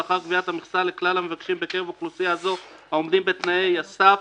לאחר קביעת המכסה לכלל המבקשים בקרב אוכלוסייה זו העומדים בתנאי הסף,